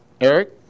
Eric